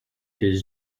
his